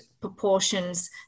proportions